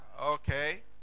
Okay